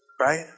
right